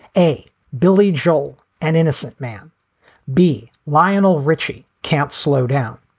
a billy joel, an innocent man b? lionel richie can't slow down.